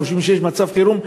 חושבים שיש מצב חירום,